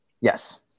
yes